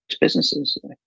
businesses